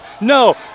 No